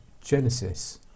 Genesis